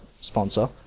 sponsor